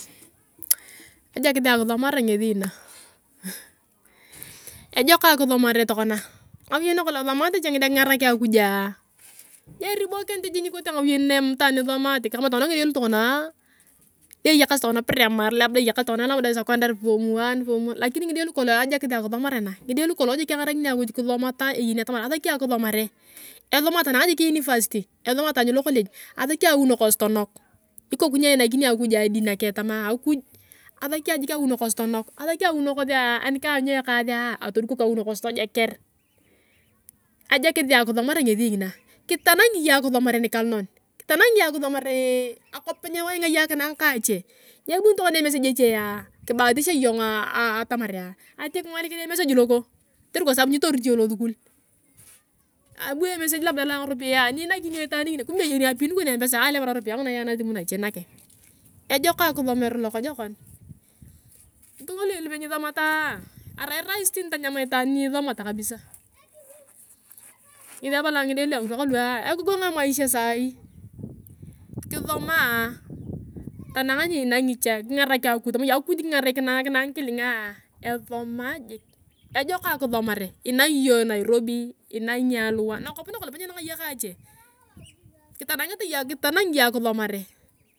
Ajouis a kisomare ngesi na ejok akisomare tokona ngauyei nakolong esomate cha ngide kingarak akuj nyeribokinit nikote ngauyei nae mam itaan isomate kama tokona ngidoe lutokonaa lua eyakasi tokona primary labda eyakasi tonona labda secondary form one lakini ngide lukulong ajakis a kisomare na ngide lukulong jik engarakani akuj hadi nakeng tamaa akuj asakia jik awi nakosi tonok asakia awi nakosia ani kany ayong ejasia atodukok awi nakosi tojeker. Ajekis a kisomare ngesi ngina kitanangi iyong akisomare nikalonan kitanangi iyong akisomare akop nape nyinanga iyong kaa ache nyebuni tokona emesej echea kibatisha iyong atamarea ati kingolikinae emesej kotere kwasabu nitorit iyong losukul abu emesej labda loa ngaropiyae ani inakini iyong itaan ngini kumbe eyeni a pin kon na mpesa nyalemun ngaropiyae nguna yae nasim nache nakeng. Ejok akisomare lokojokon ngitunga lupe nyisomatoa arai rais tani tonyam itaan nisomat kabisa ngesi abalaa ngide lua ngirwa kalua egogong emaisha saii kisomaa tanang ni inanga cha kingarok akuj tama iyong akuj kingarakinae nakinae ngikilinga esomaa jik ejok akisomare inanga iyong nairobi inangi aluwae nakop nakalong nyienanga iyong ka ache kitanangete iyong kitanangi iyong akisomare.